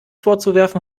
vorzuwerfen